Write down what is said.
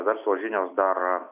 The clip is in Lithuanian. verslo žinios dar